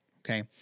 okay